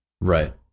right